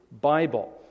Bible